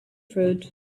fruit